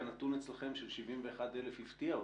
אני חייב להגיד שהנתון אצלכם של 71,000 הפתיע אותי,